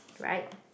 right